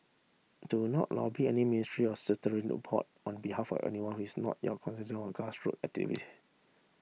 do not lobby any ministry or statutory on behalf of anyone who is not your constituent or grassroot activist